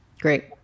Great